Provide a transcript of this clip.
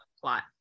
plot